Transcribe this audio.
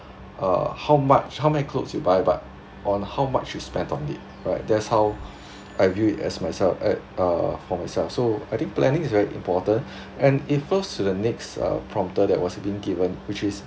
uh how much how many clothes you buy but on how much you spend on it right that's how I view it as myself eh uh for myself so I think planning is very important and it flows to the next uh prompter that was being given which is